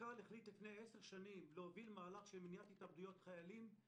הרמטכ"ל החליט לפני עשר שנים להוביל מערך של מניעת התאבדויות חיילים.